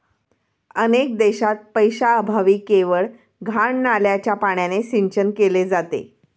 अनेक देशांत पैशाअभावी केवळ घाण नाल्याच्या पाण्याने सिंचन केले जाते